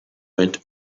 went